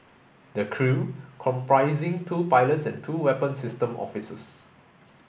the crew comprising two pilots and two weapon system officers